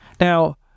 Now